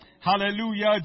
Hallelujah